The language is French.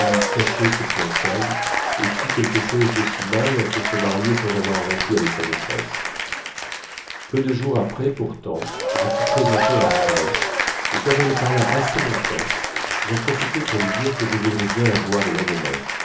caché ses fiançailles et fît quelque chose d'aussi mal que se marier sans avoir rompu avec sa maîtresse peu de jours après pourtant je fus présenté à andrée et comme elle parla assez longtemps j'en profitai pour lui dire que je voudrais bien la voir le lendemain